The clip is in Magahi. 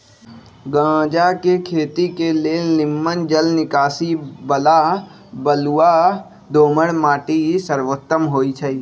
गञजा के खेती के लेल निम्मन जल निकासी बला बलुआ दोमट माटि सर्वोत्तम होइ छइ